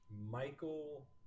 michael